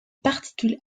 particules